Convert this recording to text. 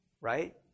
right